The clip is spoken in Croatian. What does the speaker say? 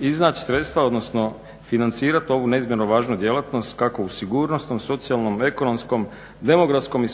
iznaći sredstva odnosno financirati ovu neizmjerno važnu djelatnost kako u sigurnosnom, socijalnom, ekonomskom, demografskom i